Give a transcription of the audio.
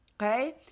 okay